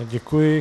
Děkuji.